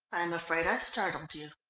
i am afraid i startled you.